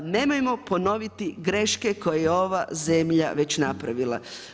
Nemojmo ponoviti greške koje je ova zemalja već napravila.